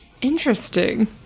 Interesting